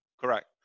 Correct